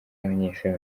y’abanyeshuri